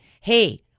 Hey